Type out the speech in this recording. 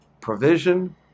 Provision